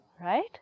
Right